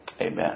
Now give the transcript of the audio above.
Amen